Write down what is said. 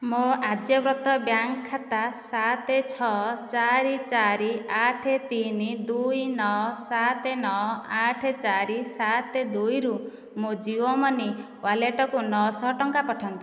ମୋ ଆର୍ଯ୍ୟବ୍ରତ ବ୍ୟାଙ୍କ୍ ଖାତା ସାତ ଛଅ ଚାରି ଚାରି ଆଠ ତିନି ଦୁଇ ନଅ ସାତ ନଅ ଆଠ ଚାରି ସାତ ଦୁଇରୁ ମୋ' ଜିଓ ମନି ୱାଲେଟକୁ ନଅ ଶହ ଟଙ୍କା ପଠାନ୍ତୁ